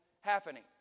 happening